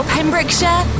Pembrokeshire